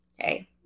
Hey